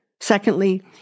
Secondly